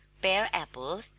pare apples,